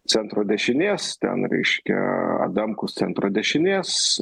centro dešinės ten reiškia adamkus centro dešinės